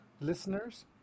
listeners